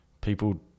people